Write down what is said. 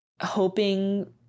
hoping